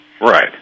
Right